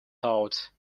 thought